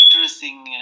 interesting